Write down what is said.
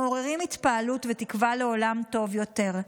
מעוררים התפעלות ותקווה לעולם טוב יותר,